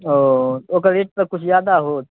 ओ तऽ ओकर रेट सभ किछु जादा होत